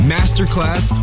Masterclass